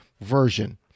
version